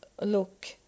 look